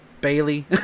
Bailey